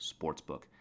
Sportsbook